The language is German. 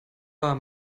war